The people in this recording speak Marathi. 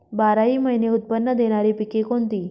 बाराही महिने उत्त्पन्न देणारी पिके कोणती?